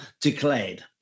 declared